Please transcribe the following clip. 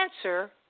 answer